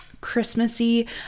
Christmassy